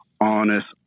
honest